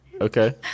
Okay